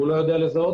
ולא יודע לזהות